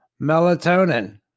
melatonin